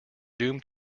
doomed